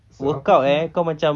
siapa suruh